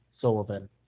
Sullivan